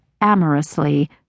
amorously